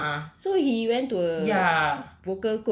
a'ah a'ah ya